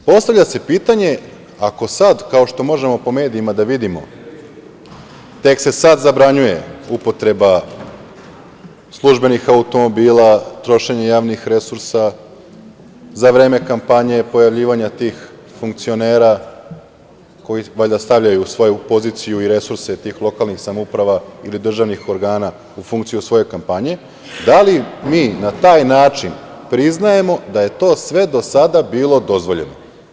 Postavlja se pitanje, ako sad kao što možemo po medijima da vidimo, tek se sad zabranjuje upotreba službenih automobila, trošenje javnih resursa za vreme kampanje, pojavljivanja tih funkcionera koji valjda stavljaju svoju poziciju i resurse tih lokalnih samouprava ili državnih organa u funkciju svoje kampanje, da li mi na taj način priznajemo da je to sve do sada bilo dozvoljeno?